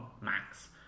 max